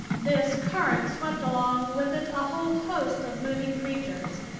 this current swept along with it a whole host of moving creatures.